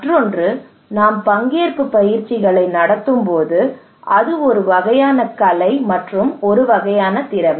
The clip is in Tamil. மற்றொன்று நாம் பங்கேற்பு பயிற்சிகளை நடத்தும்போது அது ஒரு வகையான கலை மற்றும் ஒரு வகையான திறமை